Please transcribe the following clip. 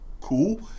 cool